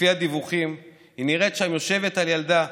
לפי הדיווחים היא נראית שם יושבת על ילדה,